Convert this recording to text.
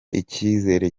icyizere